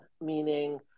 Meaning